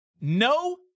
No